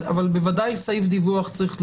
אבל בוודאי סעיף דיווח צריך להיות.